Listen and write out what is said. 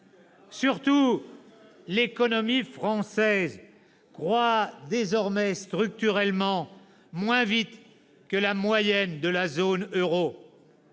Surtout, l'économie française croît désormais structurellement moins vite que la moyenne de la zone euro.